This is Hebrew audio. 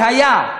והיה,